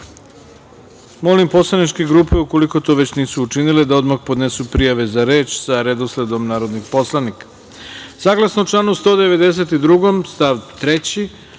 poslaničke grupe, ukoliko to već nisu učinile, da odmah podnesu prijave za reč, sa redosledom narodnih poslanika. Saglasno